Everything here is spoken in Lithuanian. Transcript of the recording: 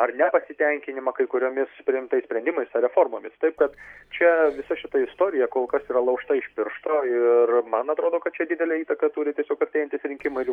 ar nepasitenkinimą kai kuriomis priimtais sprendimais ar reformomis taip kad čia visa šita istorija kol kas yra laužta iš piršto ir man atrodo kad čia didelę įtaką turi tiesiog artėjantys rinkimai ir jų